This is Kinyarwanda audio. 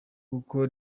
kuko